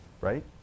Right